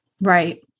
Right